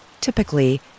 Typically